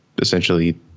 essentially